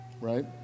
right